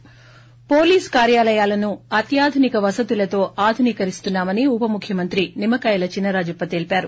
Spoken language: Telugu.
ి పోలీసు కార్యాలయాలను అత్యాధునిక వసతులతో ఆధునీకరిస్తున్నా మని ఉప ముఖ్యమంత్రి నిమ్మ కాయల చినరాజప్ప తెలిపారు